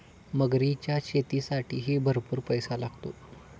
मगरीच्या शेतीसाठीही भरपूर पैसा लागतो